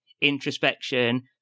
introspection